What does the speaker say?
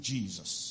Jesus